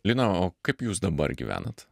lina o kaip jūs dabar gyvenat